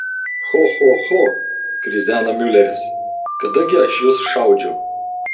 cho cho cho krizena miuleris kada gi aš jus šaudžiau